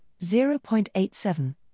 0.87